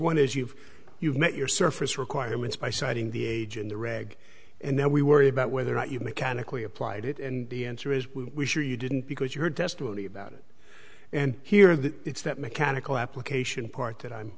one is you've you've met your surface requirements by citing the age in the reg and now we worry about whether or not you mechanically applied it and the answer is we sure you didn't because you heard testimony about it and hear that it's that mechanical application part that i'm